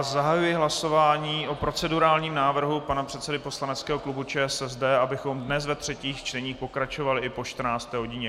Zahajuji hlasování o procedurálním návrhu pana předsedy poslaneckého klubu ČSSD, abychom dnes ve třetích čteních pokračovali i po 14. hodině.